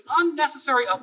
unnecessary